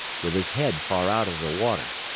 with his head far out of the water.